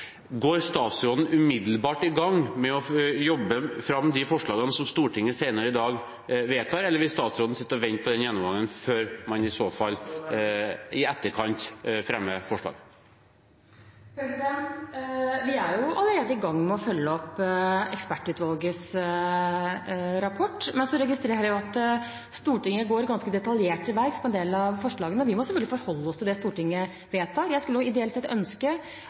Går statsråden umiddelbart i gang med å jobbe med de forslagene som Stortinget vedtar senere i dag, eller vil statsråden sitte og vente på denne gjennomgangen før man i så fall i etterkant fremmer forslag? Vi er allerede i gang med å følge opp ekspertutvalgets rapport, men så registrerer jeg at Stortinget går ganske detaljert til verks på en del av forslagene. Vi må selvfølgelig forholde oss til det Stortinget vedtar. Når dette skal utredes, skulle jeg ideelt ønske